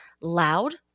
loud